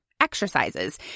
exercises